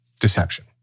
deception